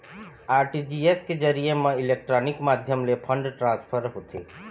RTGS के जरिए म इलेक्ट्रानिक माध्यम ले फंड ट्रांसफर होथे